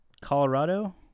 Colorado